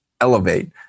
elevate